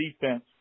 defense